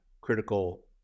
critical